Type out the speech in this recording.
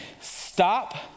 Stop